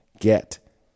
Get